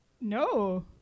No